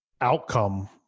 outcome